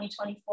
2024